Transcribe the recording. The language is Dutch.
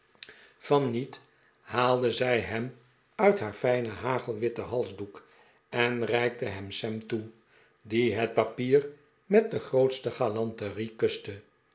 van niet haalde zij hem uit haar fijnen hagelwitten halsdoek en reikte hem sam toe die het papier met de grootste galanterie kuste